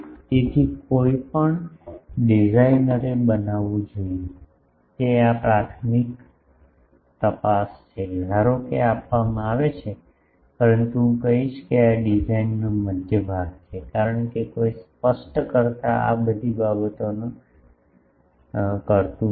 તેથી કોઈ પણ ડિઝાઇનરએ બનાવવું જોઈએ તે આ પ્રથમ તપાસ છે ધારો કે આ આપવામાં આવે છે પરંતુ હું કહીશ કે આ ડિઝાઇનનો મધ્ય ભાગ છે કારણ કે કોઈ સ્પષ્ટકર્તા આ બધી બાબતોને કરતું નથી